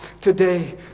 today